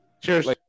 Cheers